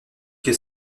qui